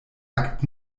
akt